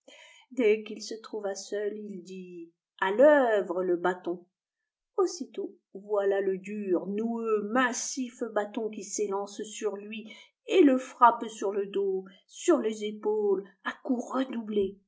dès qu'il se trouva seul il dit a l'œuvre le bâton aussitôt voilà le dur noueux massif bâton qui s'élance sur lui et le frappe sur le dos sur les épaules à coups